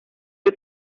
you